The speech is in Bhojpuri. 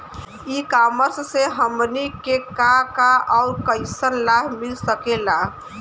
ई कॉमर्स से हमनी के का का अउर कइसन लाभ मिल सकेला?